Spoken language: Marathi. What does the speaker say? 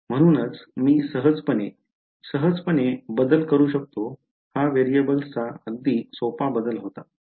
म्हणूनच मी सहजपणे सहजपणे बदल करू शकतो हा व्हेरिएबल्सचा अगदी सोपा बदल होता